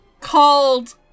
called